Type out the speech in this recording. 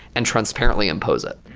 and transparently impose it.